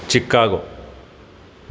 Chicago